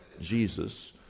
Jesus